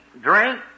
drink